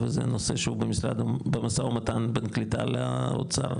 וזה נושא שהוא במשא ומתן בין קליטה לאוצר,